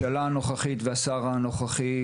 והשר הנוכחי,